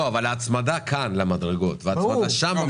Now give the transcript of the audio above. ההצמדה למדרגות כאן ושם,